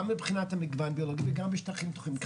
גם מבחינת המגוון הביולוגי וגם בשטחים פתוחים.